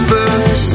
First